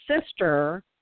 sister